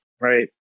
right